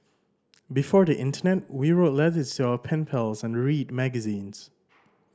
before the internet we wrote letters to our pen pals and read magazines